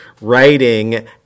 writing